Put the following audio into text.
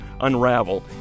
unravel